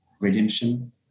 redemption